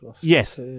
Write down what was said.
Yes